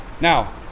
Now